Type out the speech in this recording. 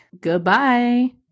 Goodbye